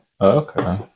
Okay